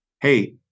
hey